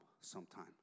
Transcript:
sometime